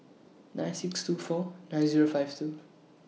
nine six two four nine Zero five two